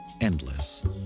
Endless